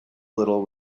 little